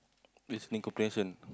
listening comprehension